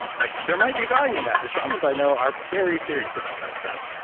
like there might be value in that. the shamans i know are very serious about that stuff,